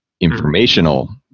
informational